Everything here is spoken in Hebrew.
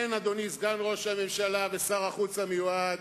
כן, אדוני סגן ראש הממשלה ושר החוץ המיועד,